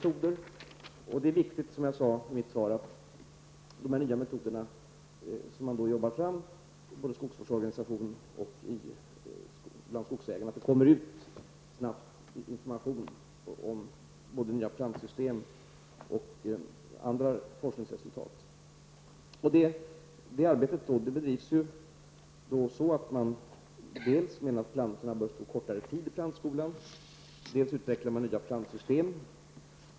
Som jag sade i mitt svar är det viktigt att det snabbt kommer ut information om de nya metoder som arbetas fram av skogsvårdsorganisationer och skogsägare. Det gäller såväl nya plantsystem som andra forskningsresultat. Man menar t.ex. att plantorna bör stå kortare tid i plantskolan. Man utvecklar också nya plantsystem.